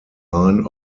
line